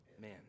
man